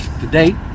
Today